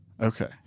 Okay